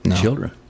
children